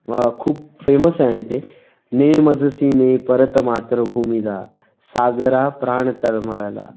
खूप फेमस आहे आणि ते ने मजसी ने परत मातृभूमीला सागरा प्राण तळमळला